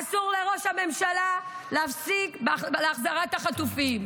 אסור לראש הממשלה להפסיק בהחזרת החטופים.